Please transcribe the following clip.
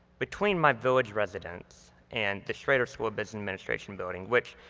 between my village residence and the schroeder school of business administration building which,